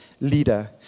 leader